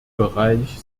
bereich